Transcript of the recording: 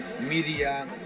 media